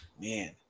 Man